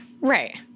right